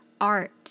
art